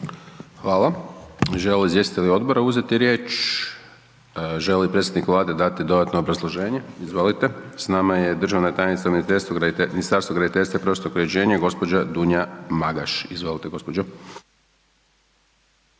Hvala. Žele li izvjestitelji odbora uzeti riječ? Želi li predstavnik Vlade dati dodatno obrazloženje? Izvolite, s nama je državna tajnica u Ministarstvu graditeljstva i prostornog uređenja, gđa. Dunja Magaš, izvolite gospođo.